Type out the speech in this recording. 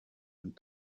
and